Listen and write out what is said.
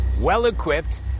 well-equipped